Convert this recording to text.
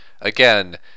Again